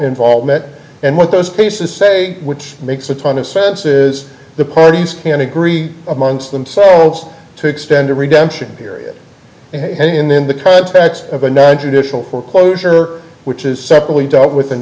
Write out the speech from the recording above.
involvement and what those cases say which makes a ton of sense is the parties can agree amongst themselves to extend the redemption period and in the context of a nontraditional foreclosure which is separately dealt with in